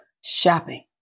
shopping